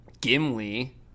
Gimli